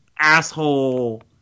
asshole